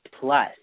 plus